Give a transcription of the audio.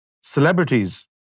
celebrities